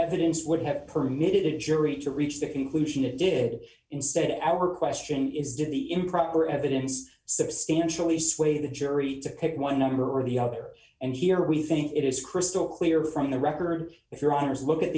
evidence would have permitted a jury to reach the conclusion it did instead our question is did the improper evidence substantially sway the jury to pick one number or the other and here we think it is crystal clear from the record if your honour's look at